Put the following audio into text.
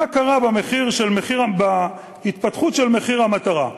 מה קרה בהתפתחות של מחיר המטרה: